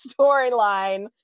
storyline